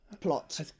plot